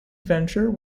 venture